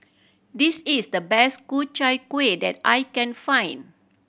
this is the best Ku Chai Kueh that I can find